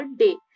day